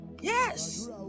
yes